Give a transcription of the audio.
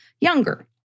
younger